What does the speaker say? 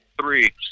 Three